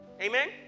Amen